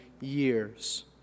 years